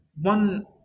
one